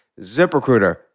ZipRecruiter